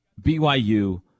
BYU